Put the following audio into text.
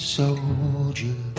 soldier